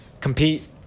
compete